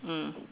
mm